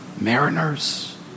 Mariners